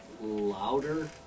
louder